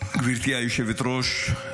גברתי היושבת-ראש,